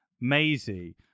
Maisie